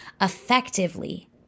effectively